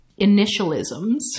initialisms